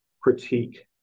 critique